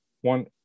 one